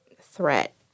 threat